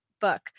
book